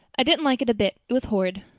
i didn't like it a bit. it was horrid.